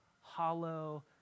hollow